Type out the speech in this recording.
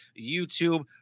YouTube